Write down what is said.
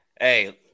Hey